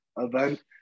event